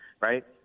right